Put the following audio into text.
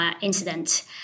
incident